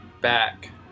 back